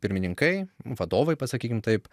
pirmininkai vadovai pasakykim taip